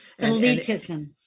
Elitism